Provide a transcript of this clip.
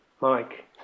Mike